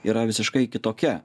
yra visiškai kitokia